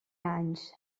anys